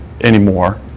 anymore